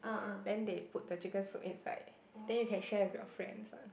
then they put the chicken soup inside then you can share with your friends one